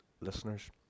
listeners